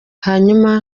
hanyuma